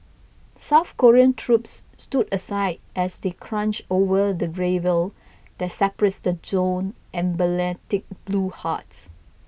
South Korean troops stood aside as they crunched over the gravel that separates the zone's emblematic blue huts